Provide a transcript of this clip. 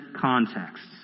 contexts